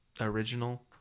original